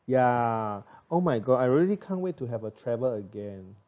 ya oh my god I really can't wait to have a travel again